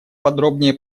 подробнее